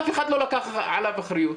אף אחד לא לקח עליו אחריות,